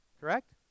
Correct